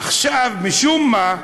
עכשיו, משום מה,